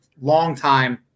longtime